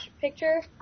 picture